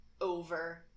over